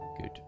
good